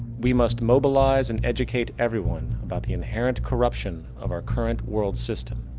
we must mobilize and educate everyone about the inherent corruption of our current world system,